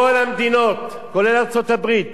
כל המדינות, כולל ארצות-הברית,